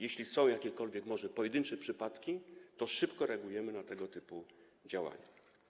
Jeśli są jakiekolwiek pojedyncze przypadki, to szybko reagujemy na tego typu działania.